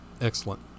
excellent